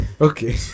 Okay